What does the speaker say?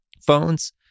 phones